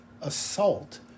assault